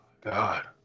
God